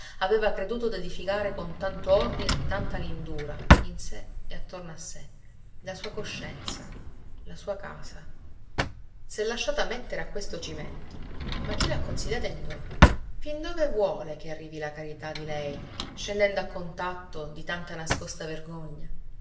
aveva creduto d'edificare con tanto ordine e tanta lindura in sé e attorno a sé la sua coscienza la sua casa s'è lasciata mettere a questo cimento ma chi l'ha consigliata e indotta fin dove vuole che arrivi la carità di lei scendendo a contatto di tanta nascosta vergogna